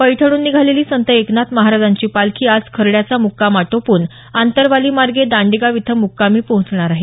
पैठणहून निघालेली संत एकनाथ महाराजांची पालखी आज खर्ड्याचा मुक्काम आटोपून आंतरवालीमार्गे दांडेगाव इथं मुक्कामी पोहोचणार आहे